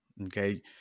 okay